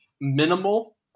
minimal